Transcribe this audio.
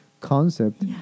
concept